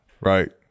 right